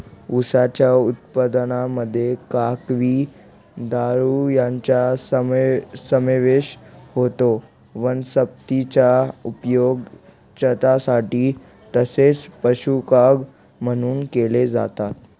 उसाच्या उत्पादनामध्ये काकवी, दारू यांचा समावेश होतो वनस्पतीचा उपयोग छतासाठी तसेच पशुखाद्य म्हणून केला जातो